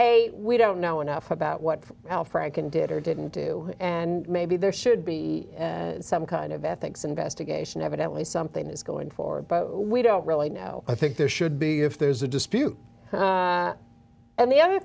a we don't know enough about what al franken did or didn't do and maybe there should be some kind of ethics investigation evidently something is going for him but we don't really know i think there should be if there's a dispute and the other